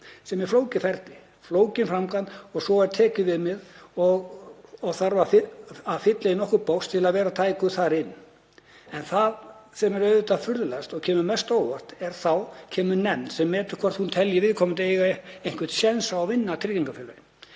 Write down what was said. sem er flókið ferli, flókin framkvæmd, og svo er tekjuviðmið og þarf að fylla í nokkur box til að vera tækur þar inn. En það sem er auðvitað furðulegast og kemur mest á óvart er að þá kemur nefnd sem metur hvort hún telji viðkomandi eiga einhvern séns á að vinna tryggingafélögin.